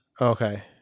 Okay